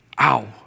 Ow